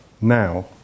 Now